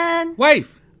Wife